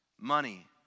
Money